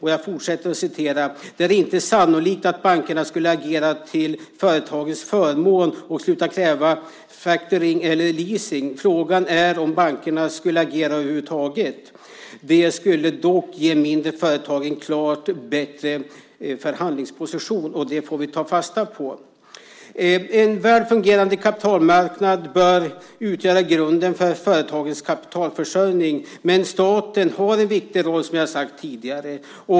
Han skriver vidare: Det är inte sannolikt att bankerna skulle agera till företagens förmån och sluta kräva factoring eller leasing. Frågan är om bankerna skulle agera över huvud taget. Det skulle dock ge mindre företag en klart bättre förhandlingsposition. Och det får vi ta fasta på. En väl fungerande kapitalmarknad bör utgöra grunden för företagens kapitalförsörjning. Men staten har en viktig roll, som jag har sagt tidigare.